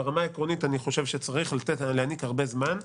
ברמה העקרונית אני חושב שצריך להעניק הרבה זמן.